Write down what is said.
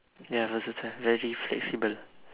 ya versatile very flexible